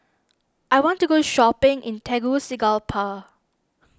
I want to go shopping in Tegucigalpa